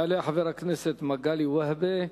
יעלה חבר הכנסת מגלי והבה,